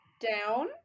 down